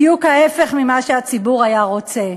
בדיוק ההפך ממה שהציבור היה רוצה.